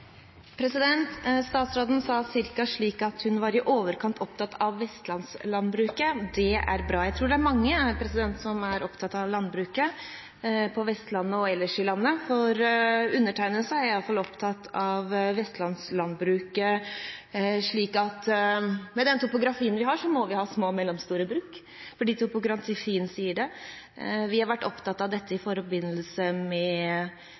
Statsråden sa det omtrent slik: Hun var i overkant opptatt av vestlandslandbruket. Det er bra. Jeg tror det er mange som er opptatt av landbruket på Vestlandet og ellers i landet. Undertegnede er i hvert fall opptatt av vestlandslandbruket. Med den topografien vi har, må vi ha små og mellomstore bruk, fordi topografien krever det. Vi har vært opptatt av dette i forbindelse med